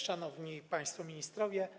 Szanowni Państwo Ministrowie!